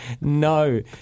No